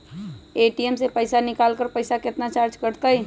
ATM से पईसा निकाले पर पईसा केतना चार्ज कटतई?